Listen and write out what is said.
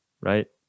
right